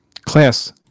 class